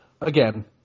again